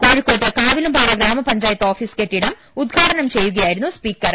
കോഴിക്കോട് കാവിലുംപാറ ഗ്രാമപ ഞ്ചായത്ത് ഓഫീസ് കെട്ടിടം ഉദ്ഘാടനം ചെയ്യുകയായിരുന്നു സ്പീക്കർ